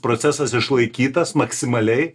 procesas išlaikytas maksimaliai